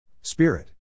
Spirit